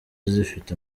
zifite